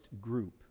group